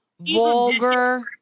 vulgar